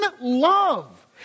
love